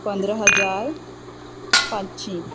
पंदरा हजार पांचशीं